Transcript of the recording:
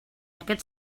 aquest